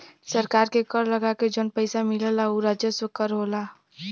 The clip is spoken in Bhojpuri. सरकार के कर लगा के जौन पइसा मिलला उ राजस्व कर होला